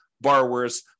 borrowers